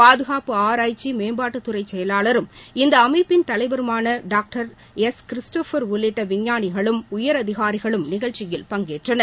பாதுகாப்பு ஆராய்ச்சி மேம்பாட்டுத் துறை செயலாளரும் இந்த அமைப்பின் தலைவருமான டாக்டர் எஸ் கிறிஸ்டோபர் உள்ளிட்ட விஞ்ஞானிகளும் உயர் அதிகாரிகளும் நிகழ்ச்சியில் பங்கேற்றனர்